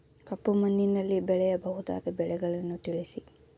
ಕಪ್ಪು ಮಣ್ಣಿನಲ್ಲಿ ಬೆಳೆಯಬಹುದಾದ ಬೆಳೆಗಳನ್ನು ತಿಳಿಸಿ?